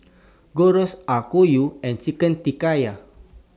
Gyros Okayu and Chicken